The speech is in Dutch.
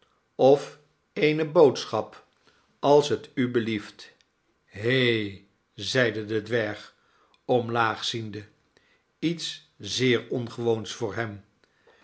of eene boodschap als het u belieft he zeide de dwerg omlaag ziende iets zeer ongewoons voor hem